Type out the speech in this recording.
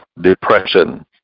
depression